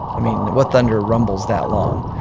i mean what thunder rumbles that long?